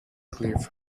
cliff